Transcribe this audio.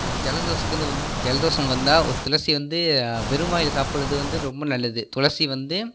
ஒரு ஜலதோஷத்துக்கு வந் ஜலதோஷம் வந்தால் ஒரு துளசி வந்து வெறும் வாயில் சாப்பிட்றது வந்து ரொம்ப நல்லது துளசி வந்து